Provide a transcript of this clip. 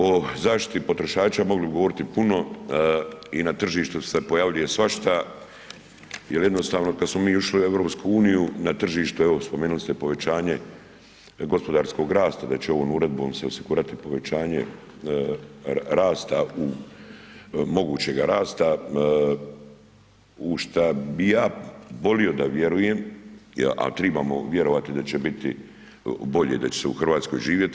O zaštiti potrošača mogli bi govoriti puno i na tržištu se pojavljuje svašta jer jednostavno kad smo mi ušli u EU na tržištu, evo spomenuli ste povećanje gospodarskog rasta, da će ovom uredbom se osigurati povećanje rasta u, mogućega rasta u šta bi ja volio da vjerujem, a tribamo vjerovati da će biti bolje da će se u Hrvatskoj živjeti.